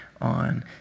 on